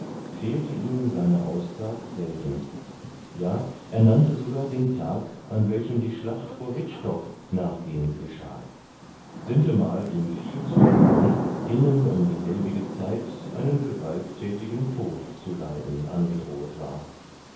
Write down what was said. fehlte ihm seine aussag selten ja er nannte sogar den tag an welchem die schlacht vor wittstock nachgehends geschahe sintemal ihm viel zukamen denen um dieselbige zeit einen gewalttätigen tod zu leiden angedrohet war